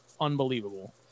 unbelievable